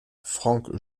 franck